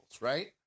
right